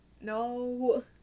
no